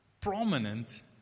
prominent